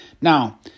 Now